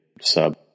sub